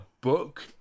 book